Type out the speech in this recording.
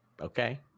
okay